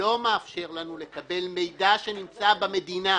לא מאפשר לרשות לקבל מידע שנמצא במדינה,